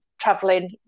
traveling